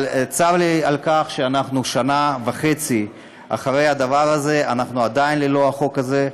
אבל צר לי על כך ששנה וחצי אחרי הדבר הזה אנחנו עדיין ללא החוק הזה.